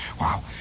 wow